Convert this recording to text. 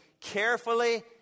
carefully